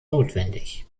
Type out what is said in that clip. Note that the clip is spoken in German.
notwendig